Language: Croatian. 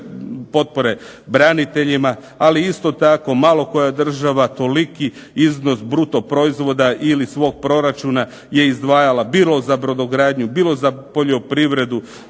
potpore braniteljima, ali isto tako malo koja država toliki iznos bruto proizvoda ili svog proračuna je izdvajala bilo za brodogradnju, bilo za poljoprivredu,